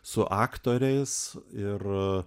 su aktoriais ir